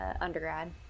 undergrad